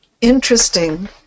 interesting